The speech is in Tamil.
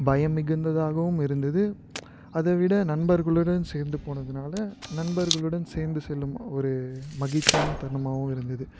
பயம் மிகுந்ததாகவும் இருந்தது அதை விட நண்பர்களுடன் சேர்ந்து போனதினால நண்பர்களுடன் சேர்ந்து செல்லும் ஒரு மகிழ்ச்சியான தருணமாகவும் இருந்தது